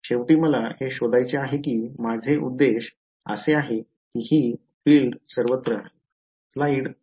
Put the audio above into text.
शेवटी मला हे शोधायचे आहे की माझे उद्देश असे आहे कि हि फील्ड सर्वत्र आहे